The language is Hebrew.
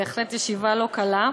בהחלט ישיבה לא קלה.